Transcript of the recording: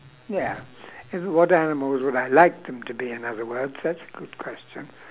ya it's what animals would I like them to be in other words that's a good question